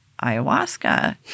ayahuasca